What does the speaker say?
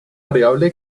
variable